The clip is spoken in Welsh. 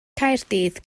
caerdydd